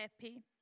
happy